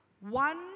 One